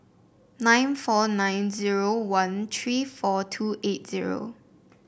nine four nine zero one three four two eight zero